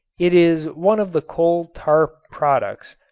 it is one of the coal tar products,